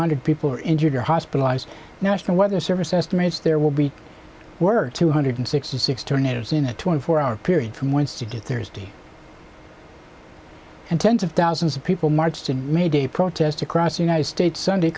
hundred people were injured or hospitalized national weather service estimates there will be worth two hundred sixty six tornadoes in a twenty four hour period from wants to get there is day and tens of thousands of people marched in may day protests across the united states sunday